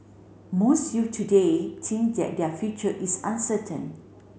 most youth today think that their future is uncertain